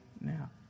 now